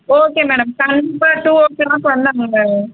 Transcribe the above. okay madam கண்டிப்பாக two o'clock வந்துடுறேங்க